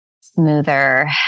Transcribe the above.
smoother